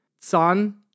Son